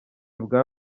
bwa